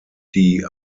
die